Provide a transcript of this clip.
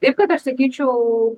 taip kad aš sakyčiau